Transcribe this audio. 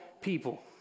people